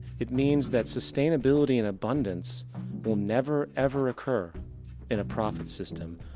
it means that sustainability and abundance will never ever occur in profit system.